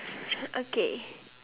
okay